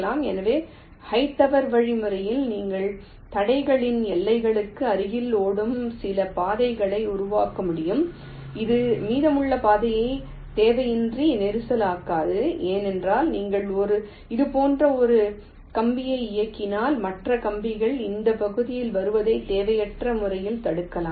எனவே ஹைட்டவரின் வழிமுறையில் நீங்கள் தடைகளின் எல்லைகளுக்கு அருகில் ஓடும் சில பாதைகளை உருவாக்க முடியும் இது மீதமுள்ள பாதையை தேவையின்றி நெரிசலாக்காது ஏனென்றால் நீங்கள் இது போன்ற ஒரு கம்பியை இயக்கினால் மற்ற கம்பிகள் இந்த பகுதியில் வருவதை தேவையற்ற முறையில் தடுக்கலாம்